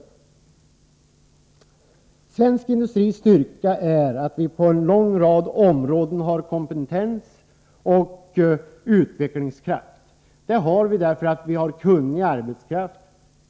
När det gäller svensk industri så är styrkan att vi på en lång rad områden har kompetens och utvecklingskraft. Det har vi därför att vi har kunnig arbetskraft,